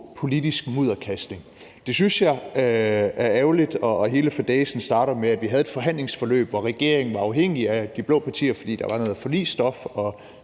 politisk mudderkastning. Det synes jeg er ærgerligt, og hele fadæsen startede med, at vi havde et forhandlingsforløb, hvor regeringen var afhængig af de blå partier, fordi der var noget forligsstof, og